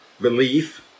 belief